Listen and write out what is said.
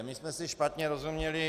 My jsme si špatně rozuměli.